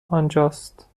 آنجاست